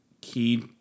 key